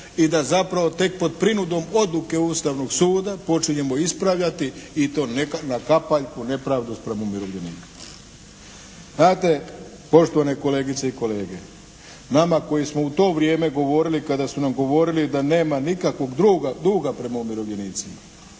i da zapravo tek pod prinudom odluke Ustavnog suda počinjemo ispravljati i to na kapaljku nepravdu spram umirovljenika. Znate, poštovane kolegice i kolege, nama koji smo u to vrijeme govorili kada su nam govorili da nema nikakvog duga prema umirovljenicima,